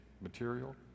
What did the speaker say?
material